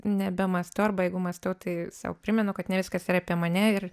nebemąstau arba jeigu mąstau tai sau primenu kad ne viskas yra apie mane ir